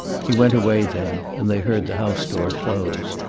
he went away then, and they heard the house door close.